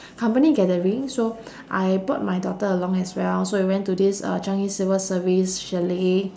company gathering so I brought my daughter along as well so we went to this uh changi civil service chalet